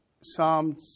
Psalm